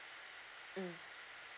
mm